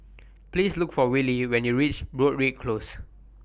Please Look For Willy when YOU REACH Broadrick Close